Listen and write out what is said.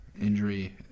injury